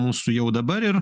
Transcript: mūsų jau dabar ir